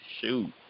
shoot